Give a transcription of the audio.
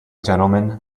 gentleman